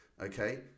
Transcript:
Okay